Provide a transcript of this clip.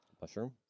Mushroom